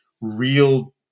real